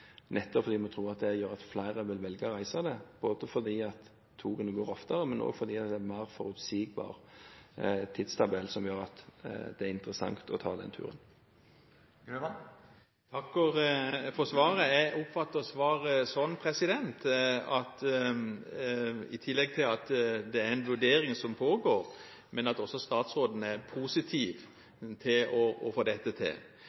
nettopp fordi vi tror at det gjør at flere vil velge å reise der, både fordi togene går oftere, og fordi det er en mer forutsigbar tidstabell, som gjør at det er interessant å ta den turen. Jeg takker for svaret. Jeg oppfatter svaret sånn at i tillegg til at det er en vurdering som pågår, er også statsråden positiv til å få dette til.